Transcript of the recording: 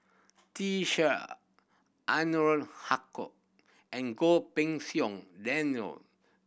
Ser Haque and Goh Pei Siong Daniel